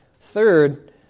Third